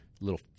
little